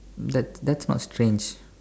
that that's not strange